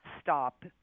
stop